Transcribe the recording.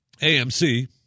AMC